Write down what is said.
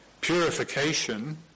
Purification